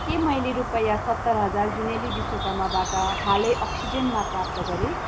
के मैले रुपियाँ सत्तर हजार जुनेली विश्वकर्माबाट हालै अक्सिजेनमा प्राप्त गरेँ